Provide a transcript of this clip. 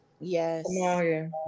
Yes